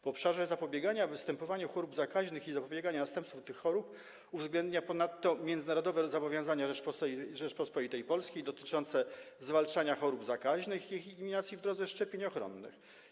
W obszarze zapobiegania występowaniu chorób zakaźnych i zapobiegania następstwom tych chorób realizacja ta uwzględnia ponadto międzynarodowe zobowiązania Rzeczypospolitej Polskiej dotyczące zwalczania chorób zakaźnych i ich eliminacji w drodze szczepień ochronnych.